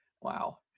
Wow